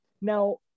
Now